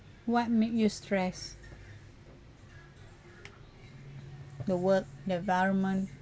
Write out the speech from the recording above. what make you stress the world environment